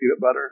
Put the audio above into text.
butter